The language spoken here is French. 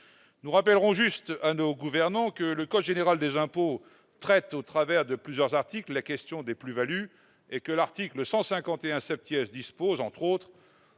Nous rappellerons juste à nos gouvernants que le code général des impôts traite, au travers de plusieurs articles, de la question des plus-values. L'article 151 fixe, entre autres